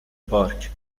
پارک